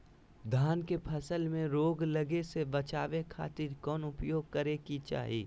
धान के फसल में रोग लगे से बचावे खातिर कौन उपाय करे के चाही?